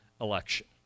election